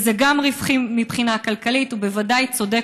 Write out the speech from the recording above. זה גם רווחי מבחינה כלכלית ובוודאי צודק,